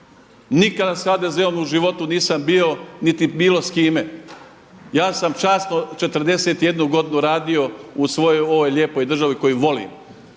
Nikada sa HDZ-om u životu nisam bio niti bilo s kime. Ja sam časno 41 godinu radi u svojoj ovoj lijepoj državi koju volim.